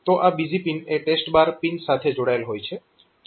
તો આ બીઝી પિન એ TEST પિન સાથે જોડાયેલ હોય છે